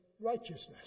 righteousness